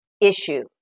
issue